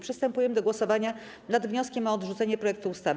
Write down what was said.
Przystępujemy do głosowania nad wnioskiem o odrzucenie projektu ustawy.